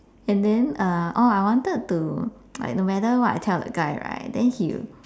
and then uh oh I wanted to like no matter what I tell the guy right then he'll